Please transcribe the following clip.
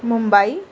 Mumbai